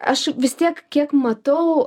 aš vis tiek kiek matau